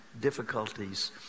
difficulties